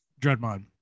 Dreadmon